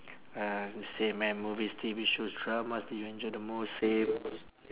uh same man movies T_V shows dramas do you enjoy the most same